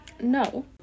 No